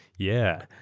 yeah.